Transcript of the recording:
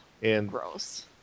gross